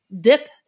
dip